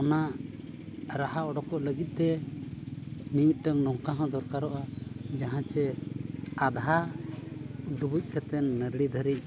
ᱚᱱᱟ ᱨᱟᱦᱟ ᱩᱰᱩᱠᱚᱜ ᱞᱟᱹᱜᱤᱫ ᱛᱮ ᱢᱤᱢᱤᱫᱴᱟᱝ ᱱᱚᱝᱠᱟ ᱦᱚᱸ ᱫᱚᱨᱠᱟᱨᱚᱜᱼᱟ ᱡᱟᱦᱟᱸ ᱪᱮ ᱟᱫᱷᱟ ᱰᱩᱵᱩᱡ ᱠᱟᱛᱮᱫ ᱱᱟᱹᱰᱨᱤ ᱫᱷᱟᱹᱵᱤᱡ